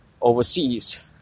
overseas